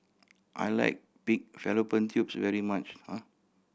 I like pig fallopian tubes very much